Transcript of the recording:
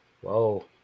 Whoa